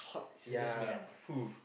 ya food